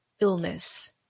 illness